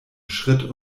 schritt